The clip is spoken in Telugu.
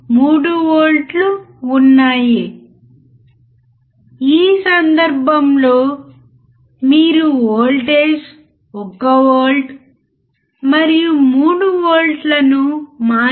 అప్పుడు అవుట్పుట్ Vout ను గమనించండి మరియు పట్టికలో పీక్ టు పీక్ విలువను రాయండి